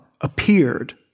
appeared